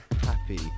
happy